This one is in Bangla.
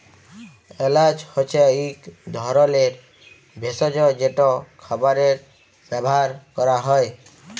এল্যাচ হছে ইক ধরলের ভেসজ যেট খাবারে ব্যাভার ক্যরা হ্যয়